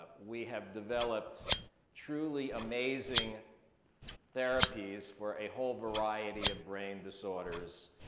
we have developed truly amazing therapies for a whole variety of brain disorders,